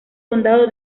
condado